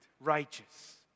righteous